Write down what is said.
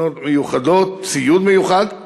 תוכנות מיוחדות, ציוד מיוחד.